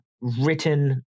written